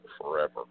forever